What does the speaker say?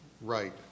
right